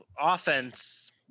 offense